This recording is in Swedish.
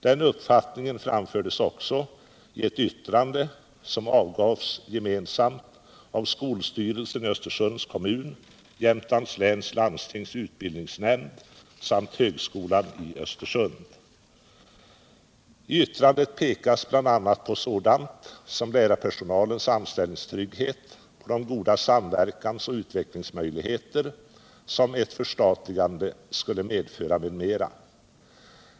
Den uppfattningen framfördes också i ett yttrande som avgavs gemensamt av skolstyrelsen i Östersunds kommun, Jämtlands läns landstings utbildningsnämnd samt högskolan i Östersund. I yttrandet pekas bl.a. på sådant som lärarpersonalens anställningstrygghet, de goda samverkansoch utvecklingsmöjligheter som ett förstatligande skulle medföra, m.m.